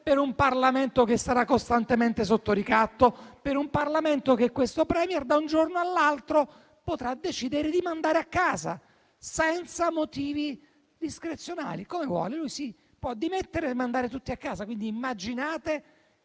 il *Premier*, che sarà costantemente sotto ricatto, per un Parlamento che questo *Premier* da un giorno all'altro potrà decidere di mandare a casa senza motivi, discrezionalmente, come vuole? Lui si potrà dimettere e mandare tutti a casa. Immaginate